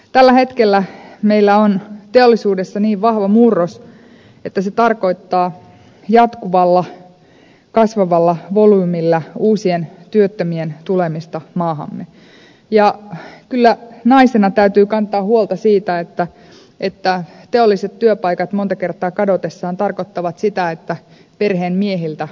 tällä hetkellä meillä on teollisuudessa niin vahva murros että se tarkoittaa jatkuvalla kasvavalla volyymillä uusien työttömien tulemista maahamme ja kyllä naisena täytyy kantaa huolta siitä että teolliset työpaikat monta kertaa kadotessaan tarkoittavat sitä että perheen miehiltä katoavat työt